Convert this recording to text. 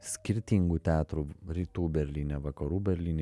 skirtingų teatrų rytų berlyne vakarų berlyne